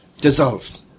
Dissolved